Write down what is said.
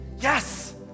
yes